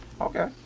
Okay